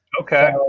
Okay